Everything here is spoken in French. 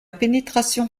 pénétration